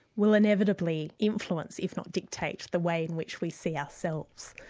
will inevitably influence, if not dictate, the way in which we see ourselves.